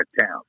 town